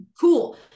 cool